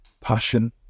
passion